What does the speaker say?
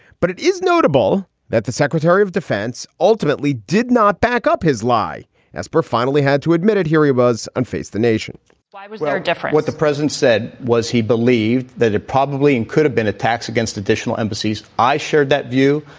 but it is notable that the secretary of defense ultimately did not back up his lie as per finally had to admit it. here he was on face the nation was very different. what the president said was he believed that it probably and could have been attacks against additional embassies. i shared that view.